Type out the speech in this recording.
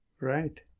Right